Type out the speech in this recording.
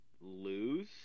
lose